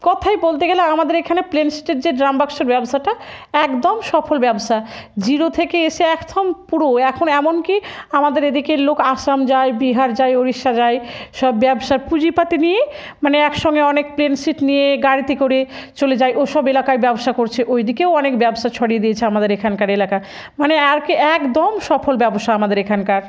কথাই বলতে গেলে আমাদের এখানে প্লেন সিটের যে ড্রামবাক্সের ব্যবসাটা একদম সফল ব্যবসা জিরো থেকে এসে একদম পুরো এখন এমনকি আমাদের এদিকের লোক আসাম যায় বিহার যায় উড়িষ্যা যায় সব ব্যবসার পুঁজিপাতি নিয়ে মানে একসঙ্গে অনেক প্লেন সিট নিয়ে গাড়িতে করে চলে যায় ওসব এলাকায় ব্যবসা করছে ওই দিকেও অনেক ব্যবসা ছড়িয়ে দিয়েছে আমাদের এখানকার এলাকা মানে আর কি একদম সফল ব্যবসা আমাদের এখানকার